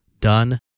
Done